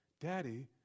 Daddy